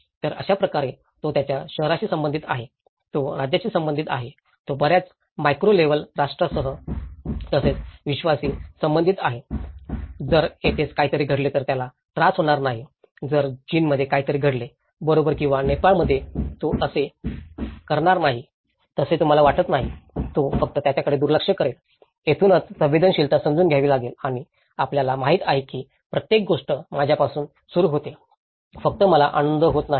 तर अशाप्रकारे तो त्याच्या शहराशी संबंधित आहे तो राज्याशी संबंधित आहे तो बर्याच माक्रो लेव्हल राष्ट्रासह तसेच विश्वाशी संबंधित आहे जर येथे काहीतरी घडले तर त्याला त्रास होणार नाही जर चीनमध्ये काहीतरी घडते बरोबर किंवा नेपाळमध्ये तो असे करणार नाही असे तुम्हाला वाटत नाही तो फक्त त्याकडे दुर्लक्ष करेल येथूनच संवेदनशीलता समजून घ्यावी लागेल की आपल्याला माहित आहे की प्रत्येक गोष्ट माझ्यापासून सुरू होते फक्त मला आनंद होत नाही